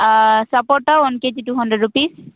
ஆ சப்போட்டா one KG two hundred rupees